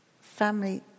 family